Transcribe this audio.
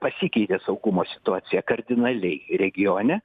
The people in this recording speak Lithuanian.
pasikeitė saugumo situacija kardinaliai regione